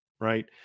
Right